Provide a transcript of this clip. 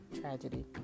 tragedy